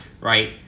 right